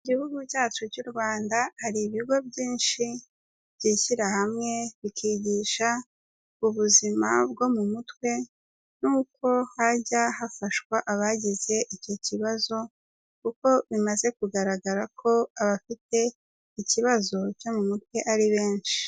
Igihugu cyacu cy'u Rwanda, hari ibigo byinshi byishyira hamwe, bikigisha ubuzima bwo mu mutwe n'uko hajya hafashwa abagize icyo kibazo kuko bimaze kugaragara ko abafite ikibazo cyo mu mutwe ari benshi.